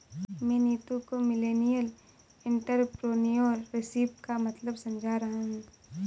मैं नीतू को millennial entrepreneurship का मतलब समझा रहा हूं